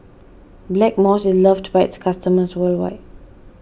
Blackmores is loved by its customers worldwide